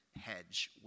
hedge